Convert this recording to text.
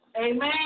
Amen